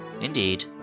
indeed